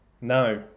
No